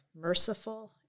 merciful